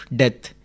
death